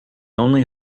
only